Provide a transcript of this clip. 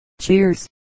cheers